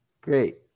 Great